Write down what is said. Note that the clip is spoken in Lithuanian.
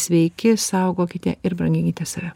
sveiki saugokite ir branginkite save